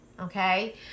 okay